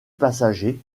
passagers